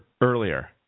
earlier